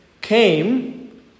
came